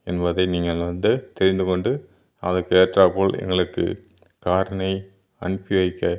என்பதை நீங்கள் வந்து தெரிந்துக் கொண்டு அதற்கு ஏற்றாற்போல் எங்களுக்கு காரினை அனுப்பி வைக்க